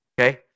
Okay